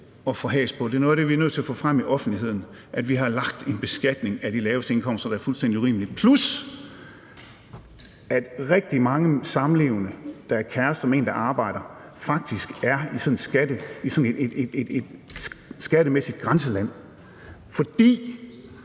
at få has på. Det er noget af det, vi er nødt til at få frem i offentligheden, altså at vi har lagt en beskatning på de laveste indkomster, der er fuldstændig urimelig, plus at rigtig mange samlevende, kærester, hvor den ene arbejder, faktisk er i sådan et skattemæssigt grænseland, fordi